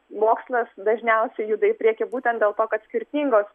mokslas dažniausiai juda į priekį būtent dėl to kad skirtingos